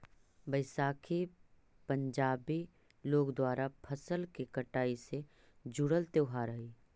बैसाखी पंजाबी लोग द्वारा फसल के कटाई से जुड़ल त्योहार हइ